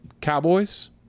Cowboys